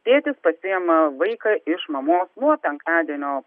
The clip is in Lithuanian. tėtis pasiima vaiką iš mamos nuo penktadienio